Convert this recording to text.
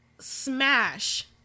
smash